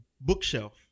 bookshelf